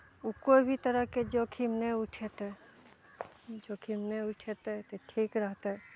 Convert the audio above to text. उ कोइ भी तरहके जोखीम नहि उठेतय जोखीम नहि उठेतय तऽ ठीक रहतय